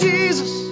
Jesus